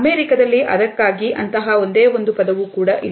ಅಮೆರಿಕದಲ್ಲಿ ಅದಕ್ಕಾಗಿ ಅಂತಹ ಒಂದೇ ಒಂದು ಪದವೂ ಕೂಡ ಇಲ್ಲ